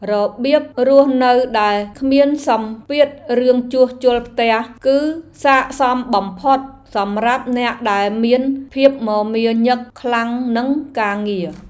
របៀបរស់នៅដែលគ្មានសម្ពាធរឿងជួសជុលផ្ទះ គឺស័ក្តិសមបំផុតសម្រាប់អ្នកដែលមានភាពមមាញឹកខ្លាំងនឹងការងារ។